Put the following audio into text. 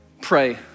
pray